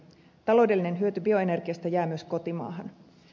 taloudellinen hyöty bioenergiasta jää myös kotimaahan